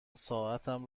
ساعتم